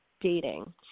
dating